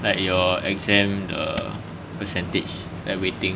like your exam the percentage the weighting